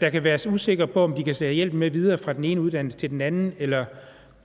de kan være usikre på, om de kan tage hjælpen med videre fra den ene uddannelse til den anden eller